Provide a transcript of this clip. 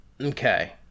Okay